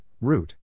root